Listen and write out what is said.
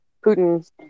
Putin